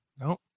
No